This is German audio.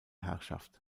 herrschaft